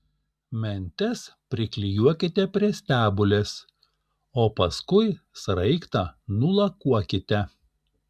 mentes priklijuokite prie stebulės o paskui sraigtą nulakuokite